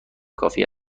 کافی